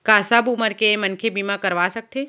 का सब उमर के मनखे बीमा करवा सकथे?